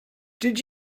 did